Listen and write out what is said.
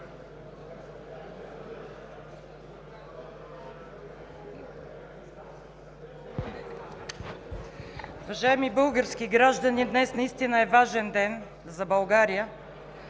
Уважаеми български граждани, днес наистина е важен ден за България.